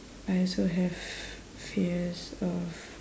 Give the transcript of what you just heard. I also have fears of